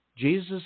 Jesus